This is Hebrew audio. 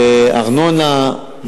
וארנונה,